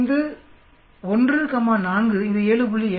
05 1 comma 4 இது 7